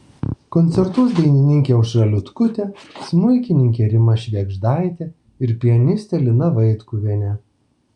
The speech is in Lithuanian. koncertuos dainininkė aušra liutkutė smuikininkė rima švėgždaitė ir pianistė lina vaitkuvienė